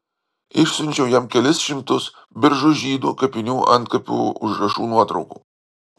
išsiunčiau jam kelis šimtus biržų žydų kapinių antkapių užrašų nuotraukų